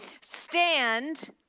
Stand